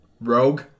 rogue